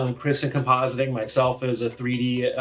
um chris in compositing, myself as a three d,